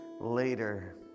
later